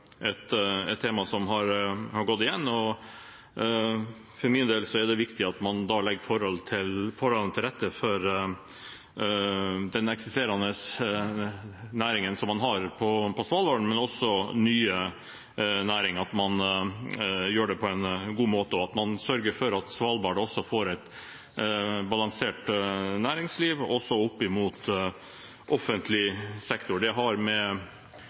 et tema som har gått igjen, og for min del er det viktig at man legger forholdene til rette for den eksisterende næringen som man har på Svalbard, men også for nye næringer – at man gjør det på en god måte, og at man sørger for at Svalbard får et balansert næringsliv, også opp mot offentlig sektor. Det har bl.a. med